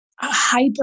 hyper